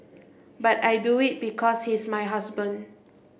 but I do it because he's my husband